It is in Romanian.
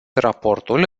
raportul